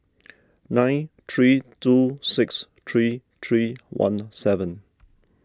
nine three two six three three one seven